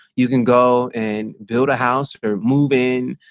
you can go and build a house or move in,